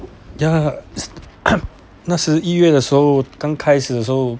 ya 那时一月的时候刚开始的时候